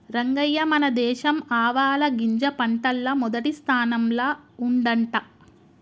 రంగయ్య మన దేశం ఆవాలగింజ పంటల్ల మొదటి స్థానంల ఉండంట